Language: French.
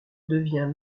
devient